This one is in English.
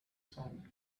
sound